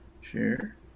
share